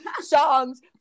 songs